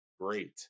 Great